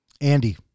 Andy